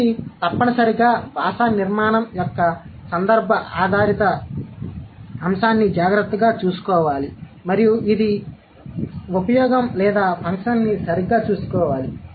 ఇది తప్పనిసరిగా భాషా నిర్మాణం యొక్క సందర్భ ఆధారిత అంశాన్ని జాగ్రత్తగా చూసుకోవాలి మరియు ఇది ఉపయోగం లేదా ఫంక్షన్ని సరిగ్గా చూసుకోవాలి